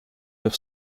neuf